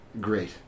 Great